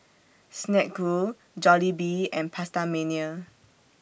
Snek Ku Jollibee and PastaMania